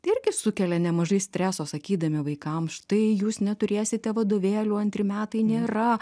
irgi sukelia nemažai streso sakydami vaikam štai jūs neturėsite vadovėlių antri metai nėra